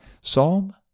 Psalm